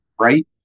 right